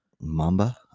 Mamba